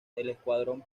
escuadrón